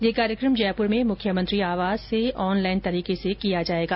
यह कार्यक्रम जयपूर में मुख्यमंत्री आवास से ऑनलाइन तरीके से किया जायेगा